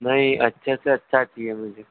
नहीं अच्छे से अच्छा चाहिए मुझे